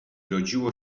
rodziło